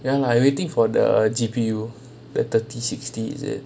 ya lah I waiting for the gipi rule the thirty sixty is it